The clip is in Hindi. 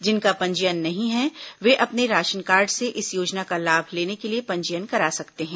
जिनका पंजीयन नहीं है वे अपने राशन कार्ड से इस योजना का लाभ लेने के लिए पंजीयन करा सकते हैं